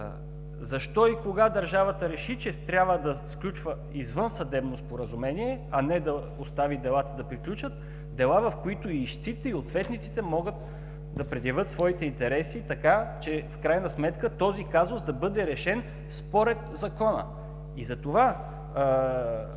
защо и кога държавата реши, че трябва да сключва извънсъдебно споразумение, а не да остави делата да приключат, дела, в които и ищците, и ответниците могат да предявят своите интереси така, че в крайна сметка този казус да бъде решен според Закона?